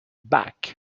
back